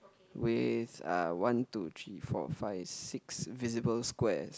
with uh one two three four five six visible squares